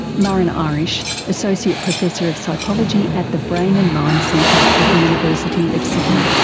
muireann irish, associate professor of psychology at the brain and mind centre at the university of sydney.